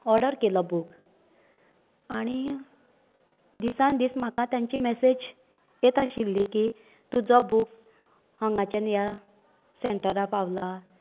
order केलो book आनी दिसान दीस म्हाका तांची मेसेज येत आशिल्ली की तुजो बूक हांगाच्यान ह्या सेंटरार पावला